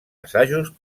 assajos